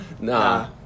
Nah